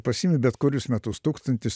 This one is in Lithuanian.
pasiimt bet kurius metus tūkstantis